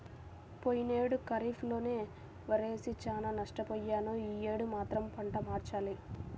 పోయినేడు ఖరీఫ్ లో వరేసి చానా నష్టపొయ్యాను యీ యేడు మాత్రం పంట మార్చాలి